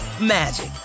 magic